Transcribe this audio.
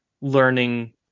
learning